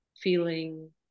feeling